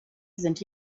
sind